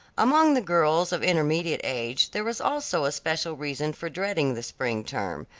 among the girls of intermediate age there was also a special reason for dreading the spring term,